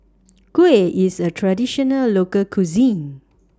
Kuih IS A Traditional Local Cuisine